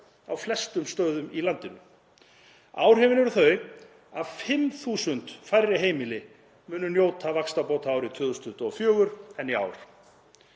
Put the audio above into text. á flestum stöðum í landinu. Áhrifin eru þau að 5.000 færri heimili munu njóta vaxtabóta árið 2024 en í ár.